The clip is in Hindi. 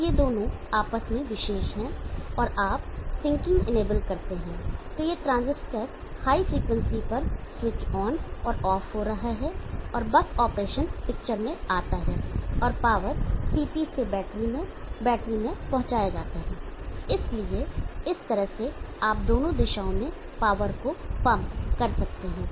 तो ये दोनों आपस में विशेष हैं और आप सिंकिंग इनेबल करते हैं तो यह ट्रांजिस्टर हाई फ्रीक्वेंसी पर स्विच ऑन और ऑफ हो रहा है और बक ऑपरेशन पिक्चर में आता है और पावर CT से बैटरी में बैटरी में पहुंचाया जाता है इसलिए इस तरह से आप दोनों दिशाओं में पावर को पंप कर सकते हैं